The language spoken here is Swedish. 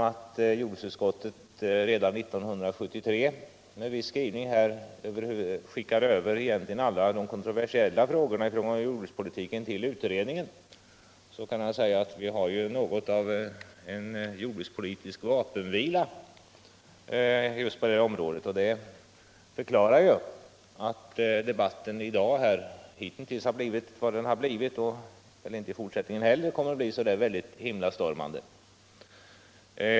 Jordbruksutskottet skickade genom en skrivning redan 1973 över alla de kontroversiella frågorna till jordbruksutredningen, och man kan därför säga att vi har något av en jordbrukspolitisk vapenvila. Det förklarar att debatten här hittills blivit vad den blivit och väl inte heller i fortsättningen kommer att bli direkt himlastormande.